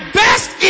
best